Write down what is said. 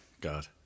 God